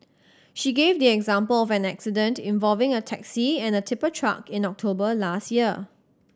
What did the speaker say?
she gave the example of an accident involving a taxi and a tipper truck in October last year